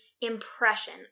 impression